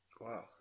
Wow